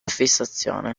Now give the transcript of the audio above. fissazione